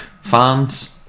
fans